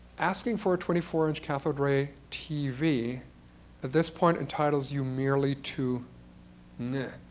asking for a twenty four inch cathode ray tv at this point entitles you merely to meh.